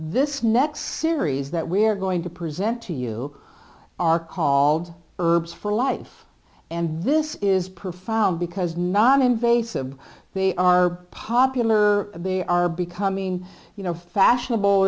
this next series that we're going to present to you are called herbs for life and this is profound because noninvasive they are popular they are becoming you know fashionable